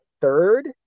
third